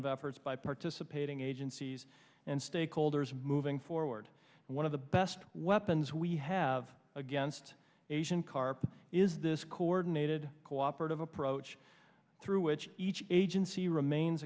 of efforts by participating agencies and stakeholders moving forward one of the best weapons we have against asian carp is this coordinated cooperative approach through which each agency remains